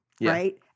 right